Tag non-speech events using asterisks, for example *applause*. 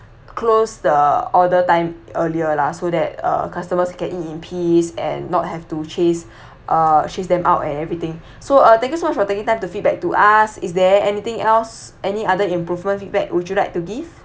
close the order time earlier lah so that uh customers can eat in peace and not have to chase *breath* uh chase them out and everything so uh thank you so much for taking time to feedback to us is there anything else any other improvement feedback would you like to give